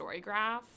Storygraph